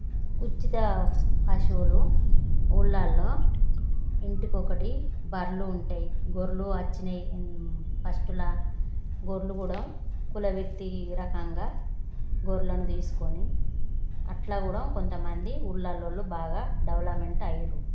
ఉచిత పశువులు ఊళ్ళళ్ళో ఇంటికి ఒకటి బర్రెలు ఉంటాయి గొర్లు వచ్చాయి ఫస్టుల గొర్రెలు కూడా కుల వృత్తి రకంగా గొర్లను తీసుకోని అలా కూడా కొంతమంది ఊర్లళ్ళో వాళ్ళు బాగా డెవలమెంట్ అయ్యారు